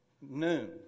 Noon